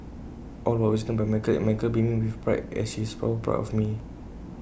all was witnessed by my girl and my girl beaming with pride said she is so proud of me